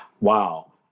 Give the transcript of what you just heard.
wow